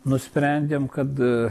nusprendėm kad